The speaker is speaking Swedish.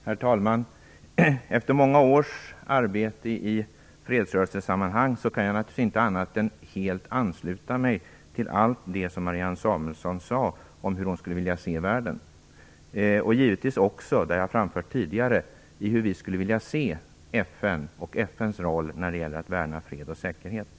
Herr talman! Efter många års arbete i fredsrörelsesammanhang kan jag naturligtvis inte annat än helt ansluta mig till allt det som Marianne Samuelsson sade om hur hon skulle vilja se världen. Givetvis gäller det också, och det har jag tidigare framfört, hur vi skulle vilja se FN och FN:s roll när det gäller att värna fred och säkerhet.